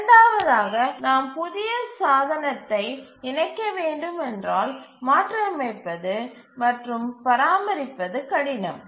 இரண்டாவதாக நாம் ஒரு புதிய சாதனத்தை இணைக்க வேண்டுமானால் மாற்றியமைப்பது மற்றும் பராமரிப்பது கடினம்